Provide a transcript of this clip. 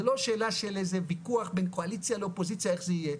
זה לא שאלה של איזה ויכוח בין קואליציה לאופוזיציה איך זה יהיה,